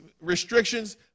restrictions